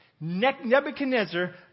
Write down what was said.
Nebuchadnezzar